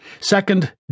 second